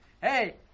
Hey